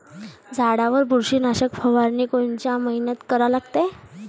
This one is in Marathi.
झाडावर बुरशीनाशक फवारनी कोनच्या मइन्यात करा लागते?